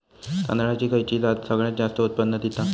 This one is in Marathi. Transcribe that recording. तांदळाची खयची जात सगळयात जास्त उत्पन्न दिता?